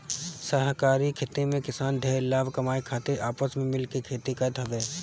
सहकारी खेती में किसान ढेर लाभ कमाए खातिर आपस में मिल के खेती करत हवे